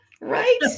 Right